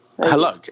Hello